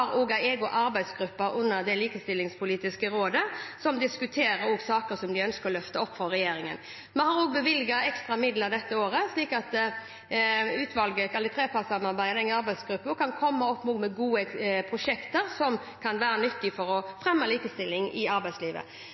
egen arbeidsgruppe under det likestillingspolitiske rådet som diskuterer saker som de ønsker å løfte opp for regjeringen. Vi har også bevilget ekstra midler dette året, slik at utvalget, eller trepartssamarbeidet, den arbeidsgruppen, kan komme opp med gode prosjekter som kan være nyttige for å fremme likestilling i arbeidslivet.